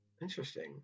interesting